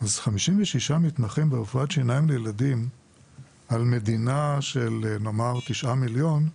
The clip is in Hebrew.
אז 56 מתמחים ברפואת שיניים לילדים במדינה שיש בה 9 מיליון,